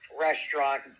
restaurant